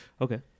Okay